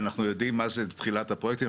ואנחנו יודעים מה זה תחילת הפרויקטים,